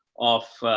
of,